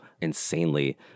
insanely